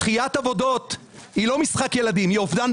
(היו"ר משה